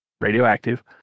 radioactive